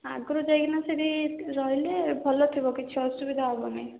ଆଗରୁ ଯାଇକିନା ସେଇଠି ରହିଲେ ଭଲ ଥିବ କିଛି ଅସୁବିଧା ହେବନି